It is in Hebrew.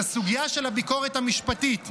את הסוגיה של הביקורת המשפטית,